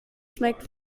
schmeckt